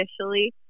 officially